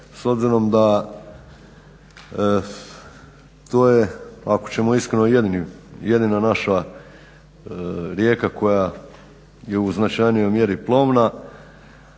s obzirom da to je ako ćemo iskreno jedina naša rijeka koja je u značajnoj mjeri plovna